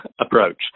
approach